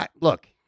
look